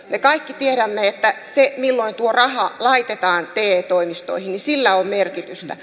me kaikki tiedämme että sillä milloin tuo raha laitetaan te toimistoihin on merkitystä